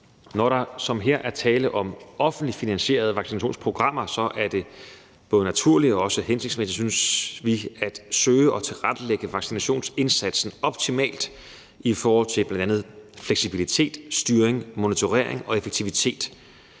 Når der som her er tale om offentligt finansierede vaccinationsprogrammer, er det både naturligt og også hensigtsmæssigt, synes vi, at søge at tilrettelægge vaccinationsindsatsen optimalt i forhold til bl.a. fleksibilitet, styring, monitorering og effektivitet,